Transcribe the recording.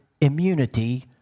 immunity